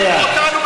אתם עשיתם התנתקות.